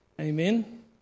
amen